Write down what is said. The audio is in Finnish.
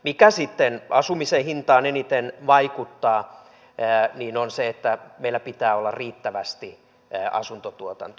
mikä sitten asumisen hintaan eniten vaikuttaa on se että meillä pitää olla riittävästi asuntotuotantoa